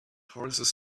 horses